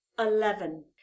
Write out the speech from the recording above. Eleven